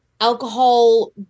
alcohol